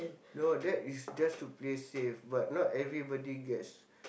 no that is just to play safe but not everybody gets